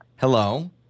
Hello